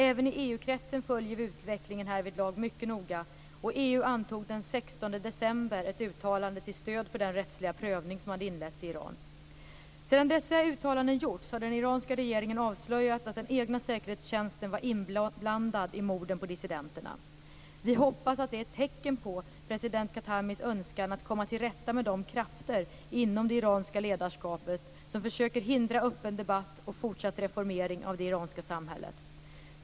Även i EU-kretsen följer vi utvecklingen härvidlag mycket noga. EU antog den 16 december ett uttalande till stöd för den rättsliga prövning som hade inletts i Iran. Sedan dessa uttalanden gjorts har den iranska regeringen avslöjat att den egna säkerhetstjänsten var inblandad i morden på dissidenterna. Vi hoppas att detta är ett tecken på president Khatamis önskan att komma till rätta med de krafter inom det iranska ledarskapet som försöker hindra öppen debatt och fortsatt reformering av det iranska samhället.